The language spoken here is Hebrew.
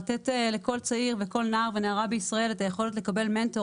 לתת לכל צעיר וכל נער ונערה בישראל את היכולת לקבל מנטור,